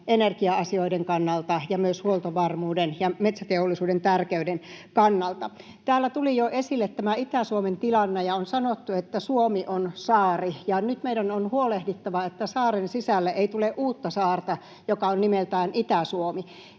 energia-asioiden kannalta ja myös huoltovarmuuden ja metsäteollisuuden tärkeyden kannalta. Täällä tuli jo esille tämä Itä-Suomen tilanne, ja on sanottu, että Suomi on saari, ja nyt meidän on huolehdittava, että saaren sisälle ei tule uutta saarta, joka on nimeltään Itä-Suomi.